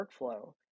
workflow